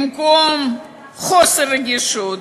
במקום חוסר רגישות,